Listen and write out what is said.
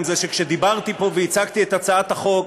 זה שכשדיברתי פה והצגתי את הצעת החוק,